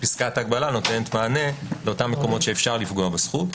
ופסקת הגבלה נותנת מענה לאותם מקומות שאפשר לפגוע בזכות.